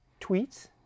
tweets